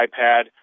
iPad